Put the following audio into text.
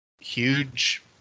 huge